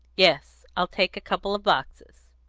yes, i'll take a couple of boxes.